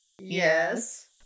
Yes